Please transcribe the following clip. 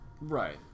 right